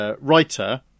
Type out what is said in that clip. writer